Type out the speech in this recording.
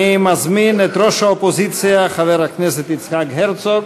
אני מזמין את ראש האופוזיציה חבר הכנסת יצחק הרצוג,